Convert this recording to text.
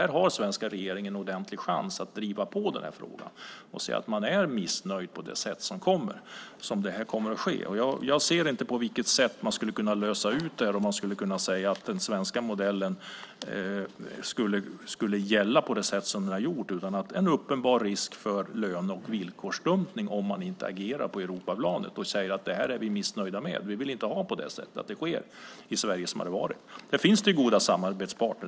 Här har svenska regeringen en ordentlig chans att driva på den här frågan och säga att man är missnöjd med hur det här kommer att ske. Jag ser inte på vilket sätt man skulle kunna lösa det här och man skulle kunna säga att den svenska modellen skulle gälla så som den har gjort utan att det är en uppenbar risk för löne och villkorsdumpning om man inte agerar på Europaplanet och säger: Det här är vi missnöjda med. Vi vill inte ha det på det sättet, att detta sker i Sverige. Sedan finns det goda samarbetspartner.